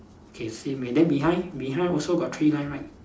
okay same and then behind behind also got three line right